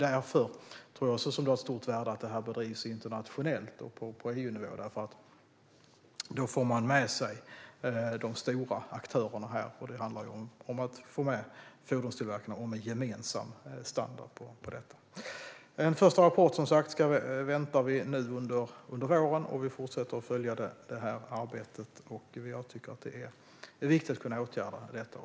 Det är av stort värde att detta bedrivs internationellt, på EU-nivå, för då får man med sig de stora aktörerna. Det handlar ju om att få med fordonstillverkarna på en gemensam standard här. En första rapport väntar vi som sagt nu under våren. Vi fortsätter att följa det här arbetet. Jag tycker att det är viktigt att åtgärda detta.